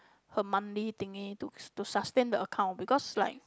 her monthly thingy to to sustain the account because like